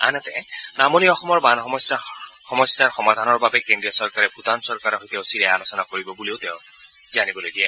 আনহাতে নামনি অসমৰ বান সমস্যাৰ সমাধানৰ বাবে কেন্দ্ৰীয় চৰকাৰে ভূটান চৰকাৰৰ সৈতে অচিৰেই আলোচনা কৰিব বুলিও তেওঁ লগতে জানিবলৈ দিয়ে